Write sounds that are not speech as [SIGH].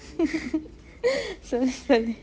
[LAUGHS] சொல்லு சொல்லு:sollu sollu